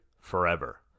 forever